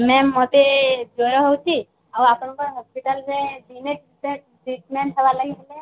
ma'am ମୋତେ ଜର ହେଉଛି ଆଉ ଆପଣଙ୍କର୍ ହସ୍ପିଟାଲ୍ରେ ଦିନେ ଟ୍ରିଟ୍ମେଣ୍ଟ୍ ହେବାର୍ ଲାଗିହେଲେ